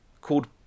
called